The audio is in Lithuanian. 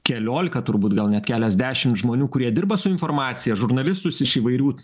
kelioliką turbūt gal net keliasdešim žmonių kurie dirba su informacija žurnalistus iš įvairių